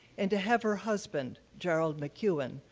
and to have her husband, gerald mcewen,